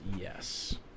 Yes